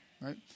right